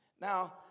Now